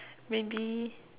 maybe